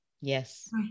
Yes